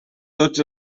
tots